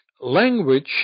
language